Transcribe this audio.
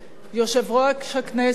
יושב-ראש הכנסת,